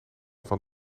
van